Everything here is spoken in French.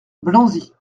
blanzy